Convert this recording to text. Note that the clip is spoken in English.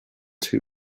two